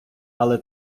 але